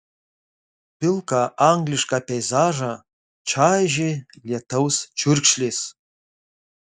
pilką anglišką peizažą čaižė lietaus čiurkšlės